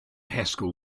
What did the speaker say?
haskell